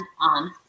on